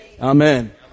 Amen